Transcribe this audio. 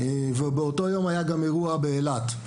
ובאותו יום היה גם אירוע באילת,